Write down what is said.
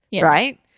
right